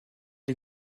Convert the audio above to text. des